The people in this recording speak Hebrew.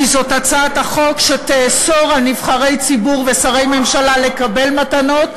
כי זאת הצעת החוק שתאסור על נבחרי ציבור ושרי ממשלה לקבל מתנות,